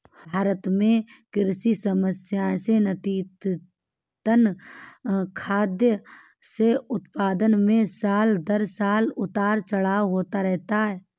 भारत में कृषि समस्याएं से नतीजतन, खाद्यान्न के उत्पादन में साल दर साल उतार चढ़ाव होता रहता है